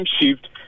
shift